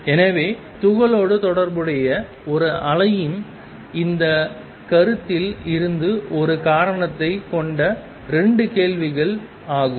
எனவே துகளோடு தொடர்புடைய ஒரு அலையின் இந்த கருத்தில் இருந்து ஒரு காரணத்தைக் கொண்ட 2 கேள்விகள் ஆகும்